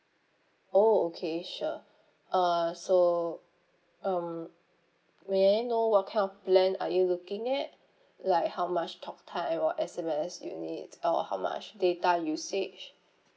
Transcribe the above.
oh okay sure uh so uh may I know what kind of plan are you looking at like how much talk time or S_M_S you need or how much data usage